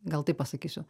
gal taip pasakysiu